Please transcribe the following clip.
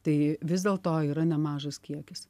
tai vis dėl to yra nemažas kiekis